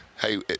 hey